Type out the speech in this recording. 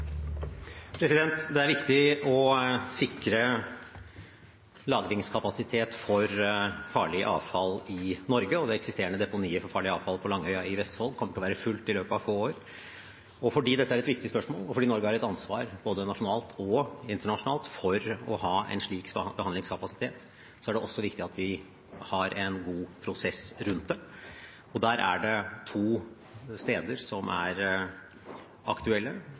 Det er viktig å sikre lagringskapasitet for farlig avfall i Norge, og det eksisterende deponiet for farlig avfall på Langøya i Vestfold kommer til å være fullt i løpet av få år. Fordi dette er et viktig spørsmål, og fordi Norge har et ansvar både nasjonalt og internasjonalt for å ha en slik forsvarlig behandlingskapasitet, er det også viktig at vi har en god prosess rundt det. Det er to steder som er aktuelle.